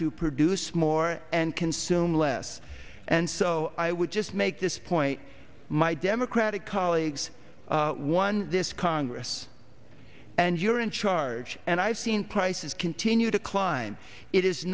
to produce more and consume less and so i would just make this point my democratic colleagues one this congress and you're in charge and i've seen prices continue to climb it is